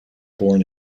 born